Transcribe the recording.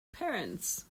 parents